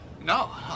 No